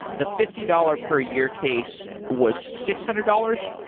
the fifty dollars per year case was six hundred dollars.